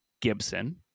Gibson